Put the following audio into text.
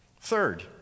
Third